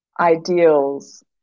ideals